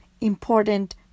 important